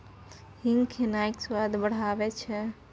हींग खेनाइक स्वाद बढ़ाबैत छै